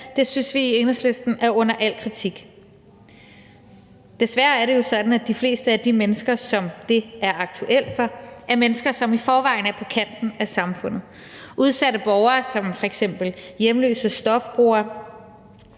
synes vi i Enhedslisten er under al kritik. Desværre er det jo sådan, at de fleste af de mennesker, som det er aktuelt for, er mennesker, som i forvejen er på kanten af samfundet. Udsatte borgere som f.eks. hjemløse, stofbrugere